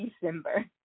December